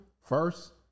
First